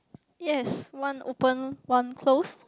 yes one open one close